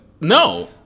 No